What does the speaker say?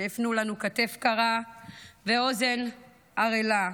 שהפנו לנו כתף קרה ואוזן ערלה.